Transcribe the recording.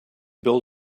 build